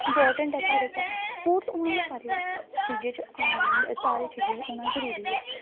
important ओह् साढ़े ते स्पोर्ट होना गै सारी चीजें च आम सारे चीजें च होना जरूरी ऐ